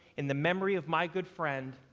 in the memory of my good friend,